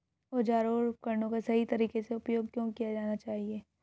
औजारों और उपकरणों का सही तरीके से उपयोग क्यों किया जाना चाहिए?